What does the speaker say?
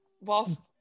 Whilst